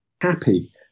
happy